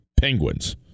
Penguins